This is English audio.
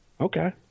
Okay